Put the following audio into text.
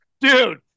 dude